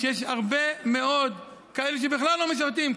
שיש הרבה מאוד כאלה שבכלל לא משרתים,